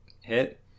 hit